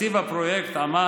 תקציב הפרויקט עמד,